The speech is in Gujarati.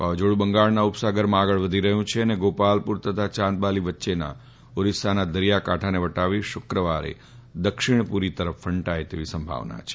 વાવાઝોડું બંગાળના ઉપસાગરમાં આગળ વધી રહ્યું છે અને ગોપાલપુર અને ચાંદબાલી વચ્ચેના ઓરિસ્સાના દરિયાઇ કાંઠાને વટાવી શુકવારે દક્ષિણપુરી તરફ ફંટાથ તેવી સંભાવના છે